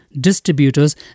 distributors